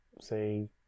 say